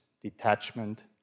detachment